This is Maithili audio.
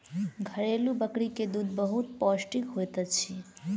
घरेलु बकरी के दूध बहुत पौष्टिक होइत अछि